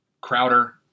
Crowder